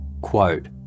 Quote